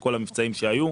בכל המבצעים שהיו.